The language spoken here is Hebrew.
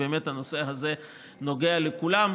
באמת הנושא הזה נוגע לכולם.